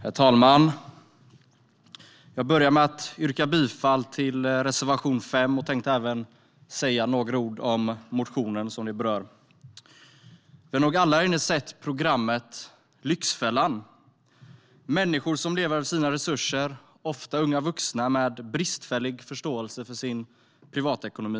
Herr talman! Jag yrkar bifall till reservation 5. Jag tänkte även säga några ord om motionen som den berör. Bank-, försäkrings och kreditupplysnings-frågor Vi har nog alla sett programmet Lyxfällan . Här möter vi människor som lever över sina resurser, ofta unga vuxna med bristfällig förståelse för sin privatekonomi.